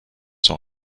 sont